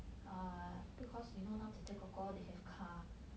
err because you know now zeh zeh kor kor they have car